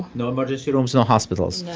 no emergency rooms, no hospitals? no